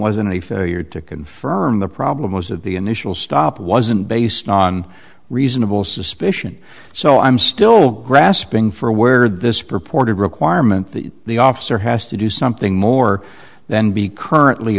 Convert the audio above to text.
was in a failure to confirm the problem was that the initial stop wasn't based on reasonable suspicion so i'm still grasping for a where this purported requirement that the officer has to do something more than be currently